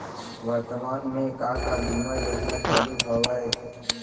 वर्तमान में का का बीमा योजना चालू हवये